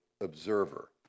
observer